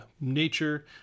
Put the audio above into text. nature